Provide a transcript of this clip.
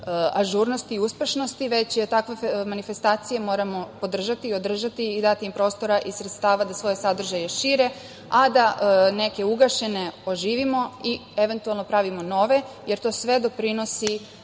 ažurnosti i uspešnosti, već takve manifestacije moramo podržati i održati i dati im prostora i sredstava da svoje sadržaje šire, a da neke ugašene oživimo i eventualno pravimo nove, jer to sve doprinosi